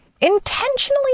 intentionally